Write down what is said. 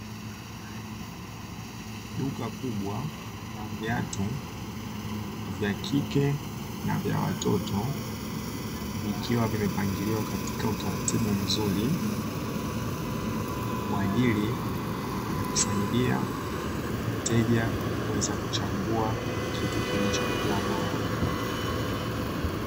Duka kubwa la viatu vya kike na vya watoto vikiwa vimepangiliwa katika utaratibu mzuri kwa ajili ya kusaidia wateja kuweza kuchagua kitu kilichokua bora.